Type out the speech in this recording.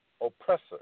oppressor